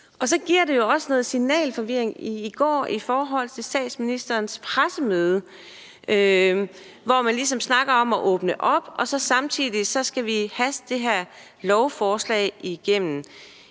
Og så giver det jo også noget signalforvirring, for i går på statsministerens pressemøde snakkede man ligesom om at åbne op, og samtidig skal vi så haste det her lovforslag igennem.